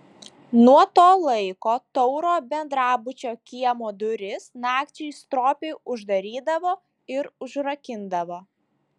nuo to laiko tauro bendrabučio kiemo duris nakčiai stropiai uždarydavo ir užrakindavo